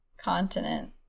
continent